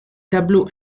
tableaux